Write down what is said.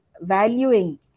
valuing